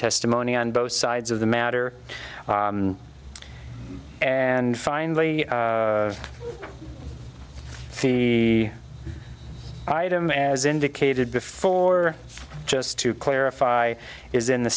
testimony on both sides of the matter and finally the item as indicated before just to clarify is in the